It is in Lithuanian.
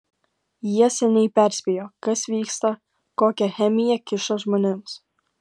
jie seniai perspėjo kas vyksta kokią chemiją kiša žmonėms